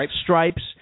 Stripes